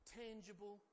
tangible